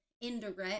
indirect